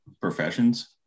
professions